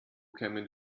kämen